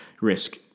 risk